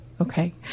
Okay